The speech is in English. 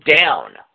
down